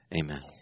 Amen